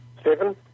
Stephen